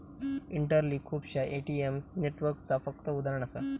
interlink खुपश्या ATM नेटवर्कचा फक्त उदाहरण असा